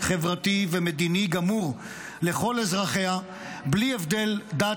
חברתי ומדיני גמור לכל אזרחיה בלי הבדל דת,